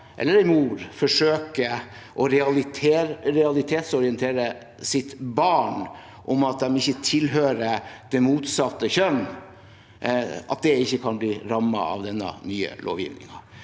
eller mor forsøker å realitetsorientere sitt barn om at det ikke tilhører det motsatte kjønn, ikke kan bli rammet av denne nye lovgivningen.